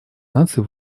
наций